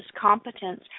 competence